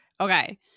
Okay